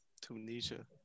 Tunisia